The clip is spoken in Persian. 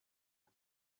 است